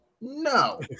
No